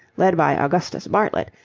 led by augustus bartlett,